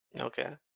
Okay